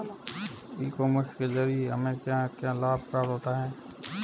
ई commerce के ज़रिए हमें क्या क्या लाभ प्राप्त होता है?